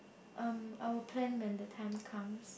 um I will plan when the time comes